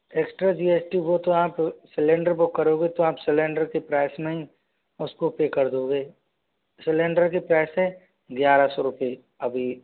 extra G S T वो तो आप सिलेंडर बुक करोगे तो आप सिलेंडर के प्राइस में ही उसको पे कर दोगे सिलेंडर के प्राइस है ग्यारह सौ रुपए अभी